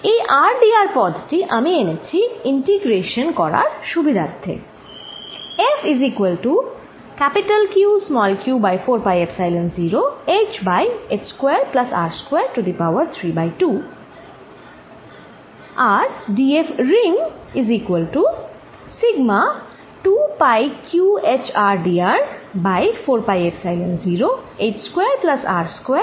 এই rdr পদটি আমি এনেছি ইন্টিগ্রেশন করার সুবিধার্থে